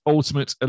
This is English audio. Ultimate